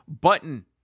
button